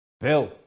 Bill